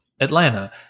Atlanta